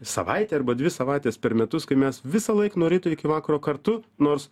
savaitė arba dvi savaitės per metus kai mes visąlaik nuo ryto iki vakaro kartu nors